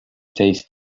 tasted